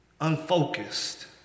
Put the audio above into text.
unfocused